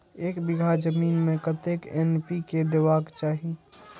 एक बिघा जमीन में कतेक एन.पी.के देबाक चाही?